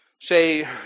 say